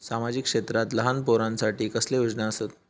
सामाजिक क्षेत्रांत लहान पोरानसाठी कसले योजना आसत?